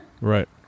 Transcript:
Right